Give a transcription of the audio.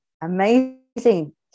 amazing